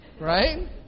Right